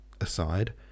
aside